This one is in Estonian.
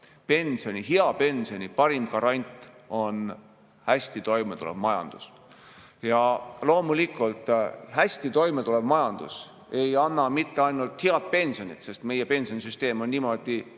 pensionist. Hea pensioni parim garant on hästi toimetulev majandus. Ja loomulikult, hästi toimetulev majandus ei anna mitte ainult head pensioni, sest meie pensionisüsteem, just